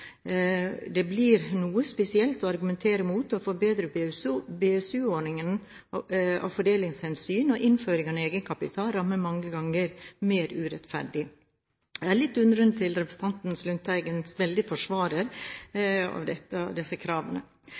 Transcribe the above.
Det blir noe spesielt å argumentere mot å forbedre BSU-ordningen av fordelingshensyn, når innføringen av egenkapital rammer mange ganger mer urettferdig. Jeg er litt undrende til representanten Lundteigens veldige forsvar av disse kravene.